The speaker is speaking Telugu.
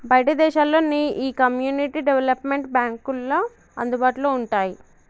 బయటి దేశాల్లో నీ ఈ కమ్యూనిటీ డెవలప్మెంట్ బాంక్లు అందుబాటులో వుంటాయి